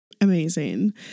Amazing